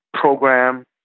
program